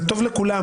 זה טוב לכולם.